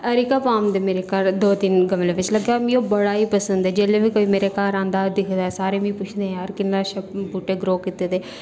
areca palm ते मेरे घर दो तिन गमले बिच्च लग्गे दा ऐ मिगी ते ओह् बड़ा गै पसंद ऐ जेल्लै बी कोई मेरे घर आंदा दिखदा ते सारे मिगी पुच्छदे यार किन्ना अच्छा बूह्टे ग्रो कीते दे